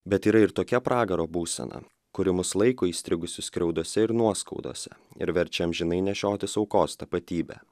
bet yra ir tokia pragaro būsena kuri mus laiko įstrigusius skriaudose ir nuoskaudose ir verčia amžinai nešiotis aukos tapatybę